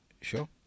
sure